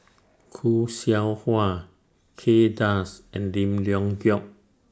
Khoo Seow Hwa Kay Das and Lim Leong Geok